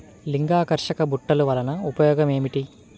లింగాకర్షక బుట్టలు వలన ఉపయోగం ఏమిటి?